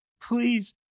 Please